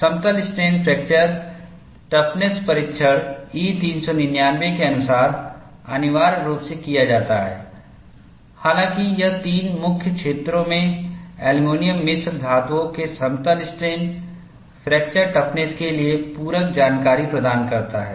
समतल strain fracture toughness परीक्षण E 399 के अनुसार अनिवार्य रूप से किया जाता है हालांकि यह तीन मुख्य क्षेत्रों में एल्यूमीनियम मिश्र धातुओं के समतल स्ट्रेन फ्रैक्चर टफनेस के लिए पूरक जानकारी प्रदान करता है